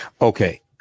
Okay